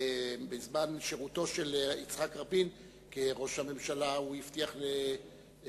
שבזמן שירותו של יצחק רבין כראש הממשלה הוא הבטיח לחוסיין